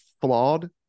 flawed